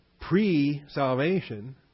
pre-salvation